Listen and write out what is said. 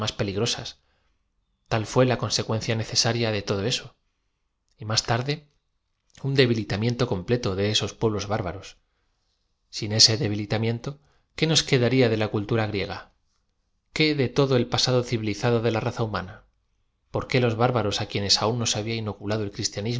peligrosas tal fué la consecuencia necesaria de todo eso y máa tar de an debilitamiento completo de esos pueblos b ár baros sin ese debilitamiento qué nos quedaría de la cultura griega qué de todo el pasado civilizado de la raza humana porque los bárbaros á quienes aún no se habia inoculado e